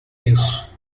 isso